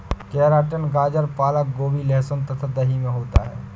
keratin गाजर पालक गोभी लहसुन तथा दही में होता है